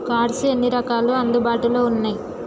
Cards ఎన్ని రకాలు అందుబాటులో ఉన్నయి?